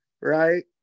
Right